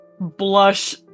blush